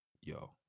yo